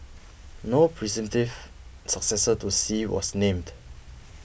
no presentive successor to Xi was named